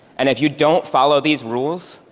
and if you don't follow these rules,